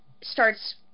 starts